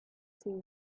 see